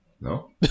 No